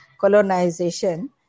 colonization